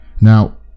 Now